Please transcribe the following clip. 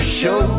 show